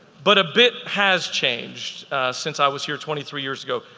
but a bit has changed since i was here twenty three years ago.